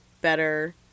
better